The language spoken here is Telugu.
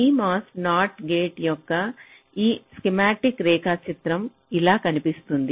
CMOS NOT గేట్ యొక్క ఈ స్కీమాటిక్ రేఖాచిత్రం ఇలా కనిపిస్తుంది